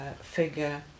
figure